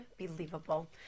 unbelievable